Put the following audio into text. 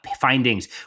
findings